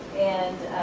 and